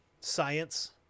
science